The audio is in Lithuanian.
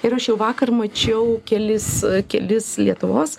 ir aš jau vakar mačiau kelis kelis lietuvos